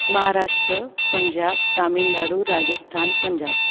Maharashtra Punjab Tamil Nadu Rajasthan Punjab